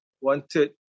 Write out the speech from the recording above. wanted